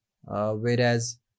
Whereas